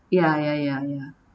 ya ya ya ya